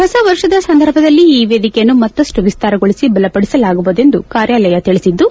ಹೊಸ ವರ್ಷದ ಸಂದರ್ಭದಲ್ಲಿ ಈ ವೇದಿಕೆಯನ್ನು ಮತ್ತಷ್ನು ವಿಸ್ತಾರಗೊಳಿಸಿ ಬಲಪಡಿಸಲಾಗುವುದು ಎಂದು ಕಾರ್ಯಾಲಯ ತಿಳಿಸಿದ್ದು